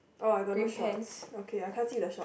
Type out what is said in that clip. oh I got no shorts okay I can't see the shorts